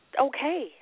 okay